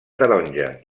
taronja